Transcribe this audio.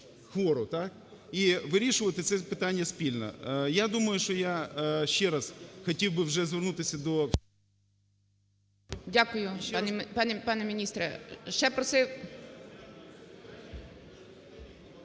і вирішувати це питання спільно. Я думаю, що я ще раз хотів би вже звернутися до… ГОЛОВУЮЧИЙ. Дякую, пане міністре.